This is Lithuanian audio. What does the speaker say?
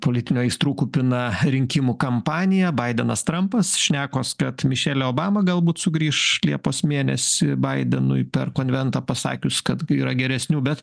politinių aistrų kupina rinkimų kampanija baidenas trampas šnekos kad mišelė obama galbūt sugrįš liepos mėnesį baidenui per konventą pasakius kad yra geresnių bet